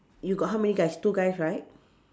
you got how many guys two guys right